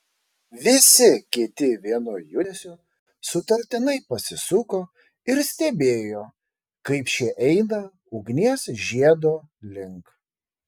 visi kiti vienu judesiu sutartinai pasisuko ir stebėjo kaip šie eina ugnies žiedo link